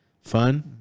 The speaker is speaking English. fun